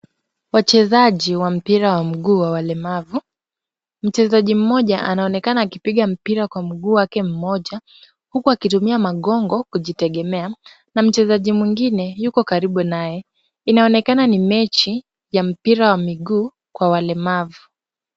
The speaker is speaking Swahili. Wachezaji wa mpira wa miguu wa walemavu. Mchezaji mmoja anaonekana akipiga mpira kwa mguu wake mmoja, huku akitumia magongo kujitegemea. Na mchezaji mwingine yuko karibu naye. Inaonekana ni mechi ya mpira wa miguu kwa walemavu.